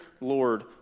Lord